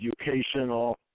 educational